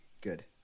good